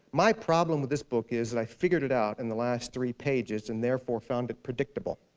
my problem with this book is that i figured it out in the last three pages, and therefore found it predictable.